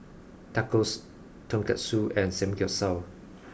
Tacos Tonkatsu and Samgyeopsal